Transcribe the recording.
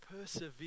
Persevere